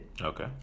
okay